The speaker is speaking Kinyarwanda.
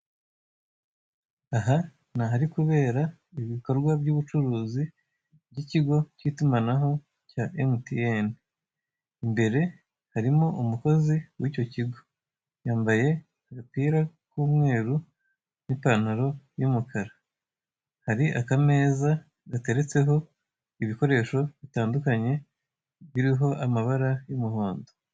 Aha ni ahari kubera ibikorwa by'ubucuruzi by'ikigo cy'itumanaho cya mtn, imbere harimo umukozi w'icyo kigo, yambaye agapira k'umweru n'ipantaro y'umukara, hari akameza gateretseho ibikoresho bitandukanye biriho amabara y'umuhondo.